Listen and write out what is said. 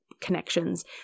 connections